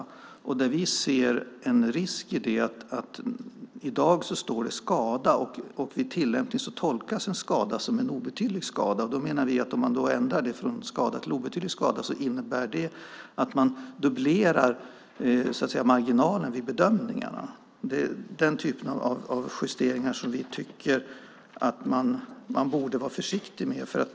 Vi ser en risk i det. I dag står det skada. Vid tillämpning kan en skada tolkas som en obetydlig skada. Om det ändras från skada till obetydlig skada innebär det en dubblering av marginalen vid bedömningarna. Det är den typen av justeringar som vi tycker att man borde vara försiktig med.